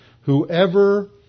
whoever